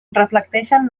reflecteixen